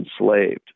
enslaved